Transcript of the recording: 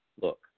look